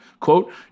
Quote